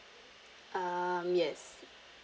um yes